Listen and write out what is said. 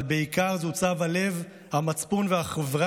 אבל בעיקר זה צו הלב, המצפון והחובה